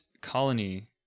colony